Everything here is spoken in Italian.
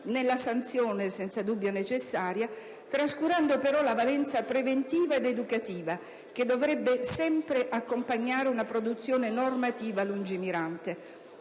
nella sanzione (senza dubbio necessaria), trascurando la valenza preventiva ed educativa, che dovrebbe sempre accompagnare una produzione normativa lungimirante.